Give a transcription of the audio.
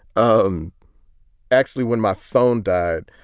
um actually, when my phone died,